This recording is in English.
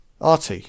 Rt